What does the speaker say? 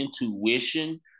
intuition